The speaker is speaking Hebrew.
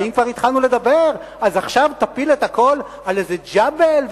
ואם כבר התחלנו לדבר אז עכשיו תפיל את הכול על איזה ג'בל?